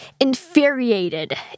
infuriated